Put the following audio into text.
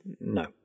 no